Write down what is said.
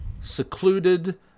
secluded